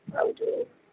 આવજો